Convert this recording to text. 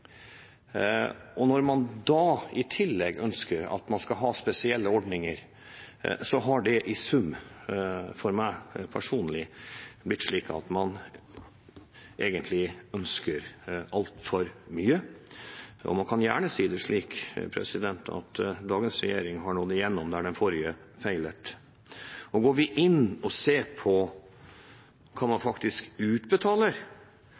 vesentlig. Når man da i tillegg ønsker at man skal ha spesielle ordninger, har det i sum for meg personlig blitt slik at man egentlig ønsker altfor mye. Man kan gjerne si det slik at dagens regjering har nådd igjennom der den forrige feilet. Går vi inn og ser på hva man faktisk utbetaler,